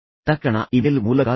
ತಕ್ಷಣ ಇಮೇಲ್ ಮೂಲಕ ತಿಳಿಸಿ